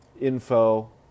info